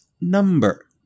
number